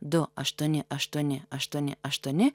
du aštuoni aštuoni aštuoni aštuoni